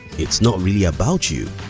it's not really about you.